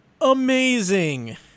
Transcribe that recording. amazing